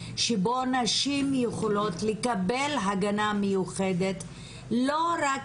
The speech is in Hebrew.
שבו נשים יכולות לקבל הגנה מיוחדת לא רק